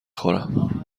خورم